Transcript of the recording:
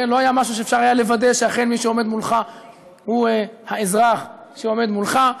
לא היה משהו שאפשר לוודא שאכן מי שעומד מולך הוא האזרח שעומד מולך.